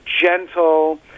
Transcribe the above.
gentle